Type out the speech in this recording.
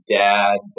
dad